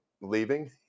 leaving